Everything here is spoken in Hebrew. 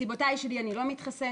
מסיבותיי שלי אני לא מתחסן,